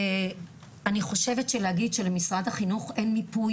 אני חושבת שלהגיד שלמשרד החינוך אין מיפוי